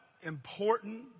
important